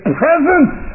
presence